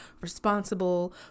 responsible